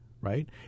right